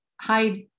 hide